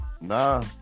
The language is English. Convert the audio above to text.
Nah